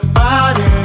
body